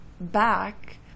back